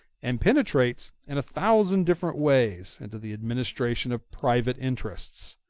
and penetrates in a thousand different ways into the administration of private interests.